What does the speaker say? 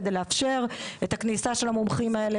כדי לאפשר את הכניסה של המומחים האלה,